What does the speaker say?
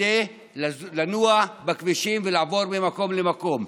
כדי לנוע בכבישים ולעבור ממקום למקום.